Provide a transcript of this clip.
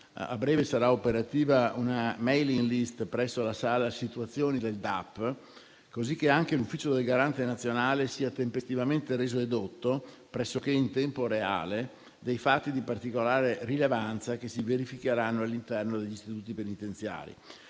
a breve sarà operativa una *mailing list* presso la sala situazioni del DAP, così che anche l'ufficio del Garante nazionale sia tempestivamente reso edotto, pressoché in tempo reale, dei fatti di particolare rilevanza che si verificheranno all'interno degli istituti penitenziari.